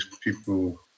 people